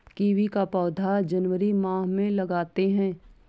kiwi का पौधा जनवरी माह में लगाते हैं